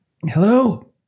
Hello